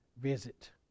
visit